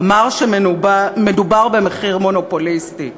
אמר שמדובר במחיר מונופוליסטי,